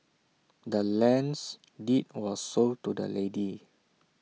the land's deed was sold to the lady